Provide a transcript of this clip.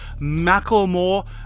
Macklemore